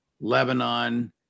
Lebanon